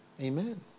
Amen